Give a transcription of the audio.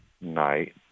night